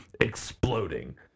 exploding